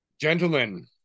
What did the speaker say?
gentlemen